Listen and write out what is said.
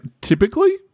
typically